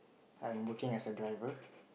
I'm working as a driver